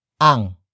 ang